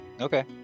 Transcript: Okay